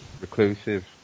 Reclusive